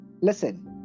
Listen